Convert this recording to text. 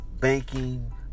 banking